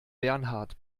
bernhard